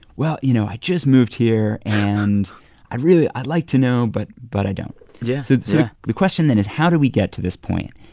well, you know, i just moved here. and i really i'd like to know, but but i don't yeah, yeah so so the question then is, how did we get to this point?